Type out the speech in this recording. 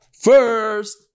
First